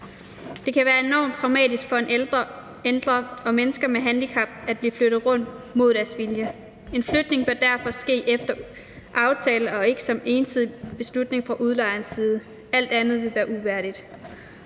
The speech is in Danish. Det kan være enormt traumatisk for ældre og mennesker med handicap at blive flyttet rundt mod deres vilje. En flytning bør derfor ske efter aftale og ikke som ensidig beslutning fra udlejers side. Alt andet vil være uværdigt.